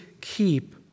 keep